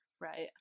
Right